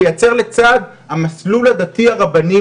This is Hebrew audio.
לייצר לצד המסלול הדתי הרבני,